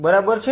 બરાબર છે